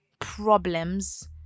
problems